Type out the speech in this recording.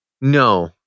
No